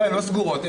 לא, המסעדות עובדות.